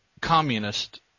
communist